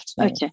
okay